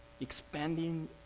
expanding